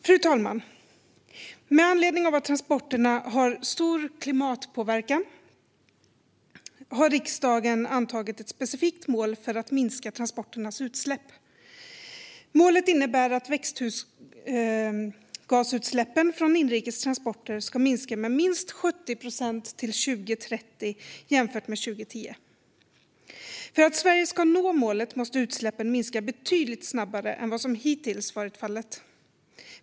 Fru talman! Med anledning av att transporterna har stor klimatpåverkan har riksdagen antagit ett specifikt mål för att minska transporternas utsläpp. Målet innebär att växthusgasutsläppen från inrikes transporter ska minska med minst 70 procent till 2030 jämfört med 2010. För att Sverige ska nå målet måste utsläppen minska betydligt snabbare än vad som hittills varit fallet.